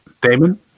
Damon